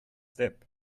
step